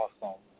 awesome